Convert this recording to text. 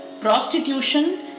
prostitution